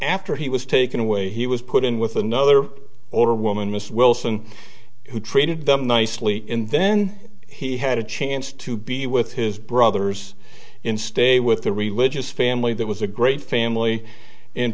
after he was taken away he was put in with another older woman mrs wilson who treated them nicely in then he had a chance to be with his brothers in stay with the religious family that was a great family and